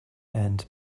and